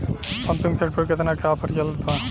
Pumping set पर केतना के ऑफर चलत बा?